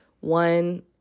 one